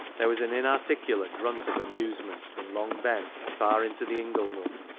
there was an inarticulate grunt of amuse ment from long ben far into the ingle-nook,